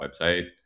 website